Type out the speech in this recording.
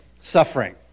Suffering